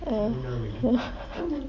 uh